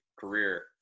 career